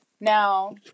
Now